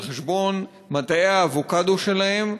על חשבון מטעי האבוקדו שלהם,